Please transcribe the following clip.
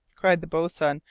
cried the boatswain.